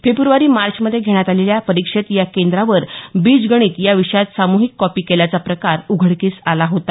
फेब्रवारी मार्चमध्ये घेण्यात आलेल्या परिक्षेत या केंद्रावर बीजगणित या विषयात साम्हिक काँपी केल्याचा प्रकार उघडकीस आला होता